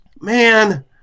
Man